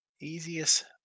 Easiest